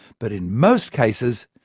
but in most cases,